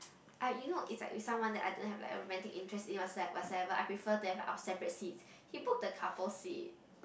ah you know it's like with someone that I don't have like a romantic interest in whats~ whatsoever but I prefer that I have separate seat he book the couple seat